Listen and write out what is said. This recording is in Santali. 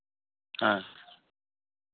ᱦᱮᱸ